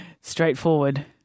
straightforward